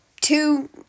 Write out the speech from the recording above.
two